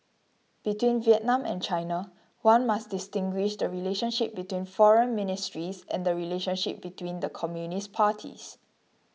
between Vietnam and China one must distinguish the relationship between foreign ministries and the relationship between the communist parties